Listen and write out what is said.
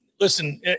listen